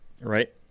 Right